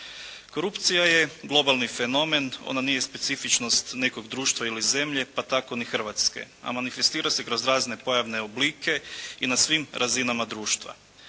Korupcija je globalni fenomen, ona nije specifičnost nekog društva ili zemlje, pa tako ni Hrvatske, a manifestira se kroz razne pojavne oblike i na svim razinama društva.